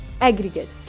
Aggregate